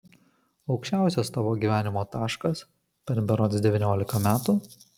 aukščiausias tavo gyvenimo taškas per berods devyniolika metų